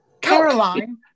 Caroline